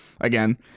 again